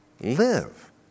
live